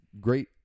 great